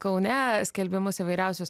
kaune skelbimus įvairiausius